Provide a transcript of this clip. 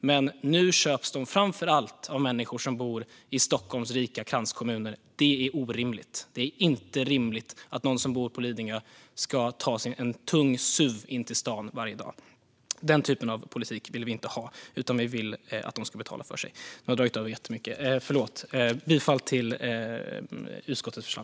Men nu köps de framför allt av människor som bor i Stockholms rika kranskommuner. Det är orimligt. Det är inte rimligt att någon som bor på Lidingö ska ta en tung suv in till stan varje dag. Den typen av politik vill vi inte ha, utan vi vill att de ska betala för sig. Jag yrkar bifall till utskottets förslag.